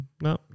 No